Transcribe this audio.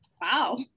Wow